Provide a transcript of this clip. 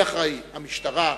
מי אחראי, המשטרה,